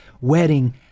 wedding